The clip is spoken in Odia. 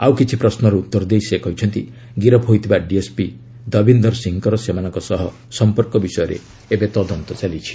ଆଉ କିଛି ପ୍ରଶ୍ନର ଉତ୍ତର ଦେଇ ସେ କହିଛନ୍ତି ଗିରଫ ହୋଇଥିବା ଡିଏସ୍ପି ଦବିନ୍ଦର୍ ସିଂହଙ୍କର ସେମାନଙ୍କ ସହ ସମ୍ପର୍କ ବିଷୟରେ ତଦନ୍ତ ଚାଲିଛି